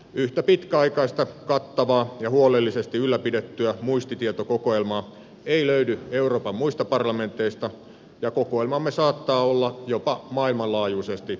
yhtä pitkäaikaista kattavaa ja huolellisesti ylläpidettyä muistitietokokoelmaa ei löydy euroopan muista parlamenteista ja kokoelmamme saattaa olla jopa maailmanlaajuisesti ainutlaatuinen